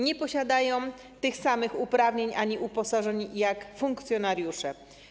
Nie mają tych samych uprawnień ani uposażeń co funkcjonariusze.